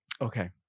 Okay